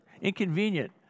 inconvenient